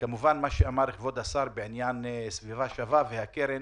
כמובן מה שאמר כבוד השר בעניין סביבה שווה והקרן,